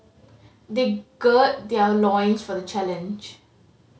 they gird their loins for the challenge